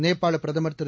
நேபாள பிரதமர் திரு